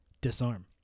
Disarm